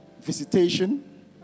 Visitation